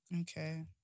Okay